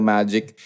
Magic